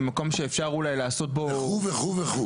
במקום שאפשר לעשות את מה שאמרת.